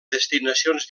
destinacions